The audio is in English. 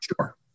sure